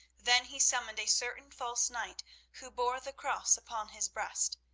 then he summoned a certain false knight who bore the cross upon his breast,